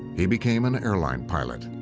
he became an airline pilot.